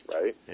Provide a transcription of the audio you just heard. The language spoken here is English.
right